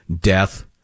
death